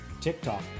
TikTok